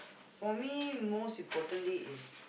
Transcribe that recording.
for me most importantly is